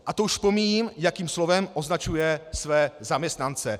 A to už pomíjím, jakým slovem označuje své zaměstnance.